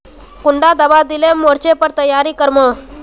कुंडा दाबा दिले मोर्चे पर तैयारी कर मो?